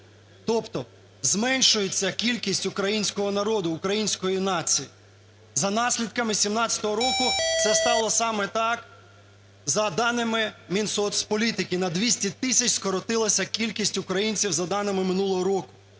тобто зменшується кількість українського народу, української нації. За наслідками 17-го року це стало саме так за даними Мінсоцполітики – на 200 тисяч скоротилася кількість українців за даними минулого року.